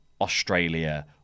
Australia